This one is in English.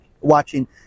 watching